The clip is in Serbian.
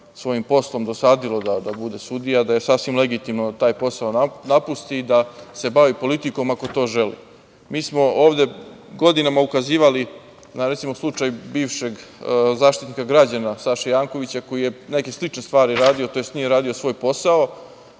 svojim poslom, dosadilo da bude sudija, da je sasvim legitimno da taj posao napusti i da se bavi politikom, ako to želi. Mi smo ovde, godinama ukazivali na, recimo slučaj bivšeg zaštitnika građana, Saše Jankovića, koji je neke slične stvari radio, tj. nije radio svoj posao,